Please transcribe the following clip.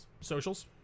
socials